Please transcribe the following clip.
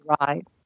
right